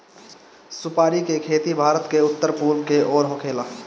सुपारी के खेती भारत के उत्तर पूरब के ओर होखेला